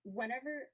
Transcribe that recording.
whenever